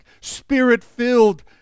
spirit-filled